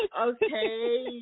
okay